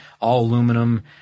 all-aluminum